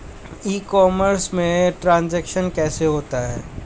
ई commerce में transaction कैसे होता है?